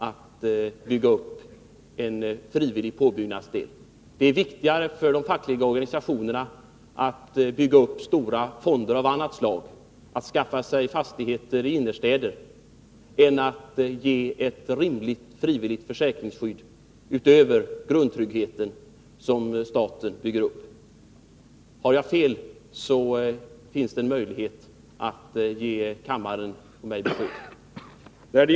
Det är alltså viktigare för de fackliga organisationerna att bygga upp stora fonder av annat slag, att skaffa sig fastigheter i innerstäder, än att ge ett rimligt frivilligt försäkringsskydd utöver grundtryggheten, som staten bygger upp. Har jag fel finns det möjlighet att ge kammaren och mig besked om det.